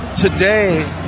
today